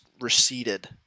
receded